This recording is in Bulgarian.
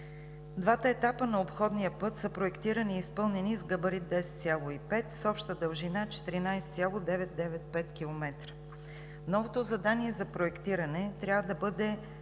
Двата етапа на обходния път са проектирани и изпълнени с габарит 10,5, с обща дължина 14,995 км. Новото задание за проектиране трябва да бъде